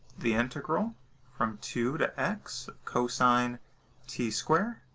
the integral from two to x cosine t squared